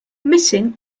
missing